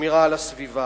שמירה על הסביבה,